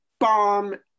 bomb